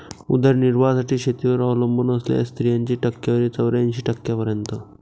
उदरनिर्वाहासाठी शेतीवर अवलंबून असलेल्या स्त्रियांची टक्केवारी चौऱ्याऐंशी टक्क्यांपर्यंत